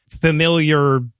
familiar